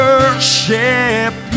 Worship